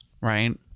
Right